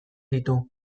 ditu